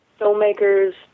filmmakers